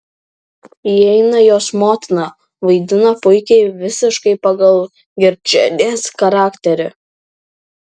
įeina jos motina vaidina puikiai visiškai pagal girčienės charakterį